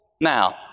Now